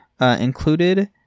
included